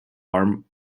arm